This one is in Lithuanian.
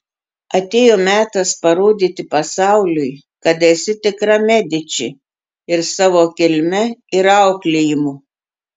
atėjo metas parodyti pasauliui kad esi tikra mediči ir savo kilme ir auklėjimu